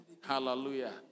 hallelujah